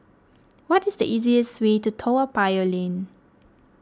what is the easiest way to Toa Payoh Lane